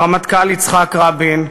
הרמטכ"ל יצחק רבין,